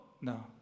No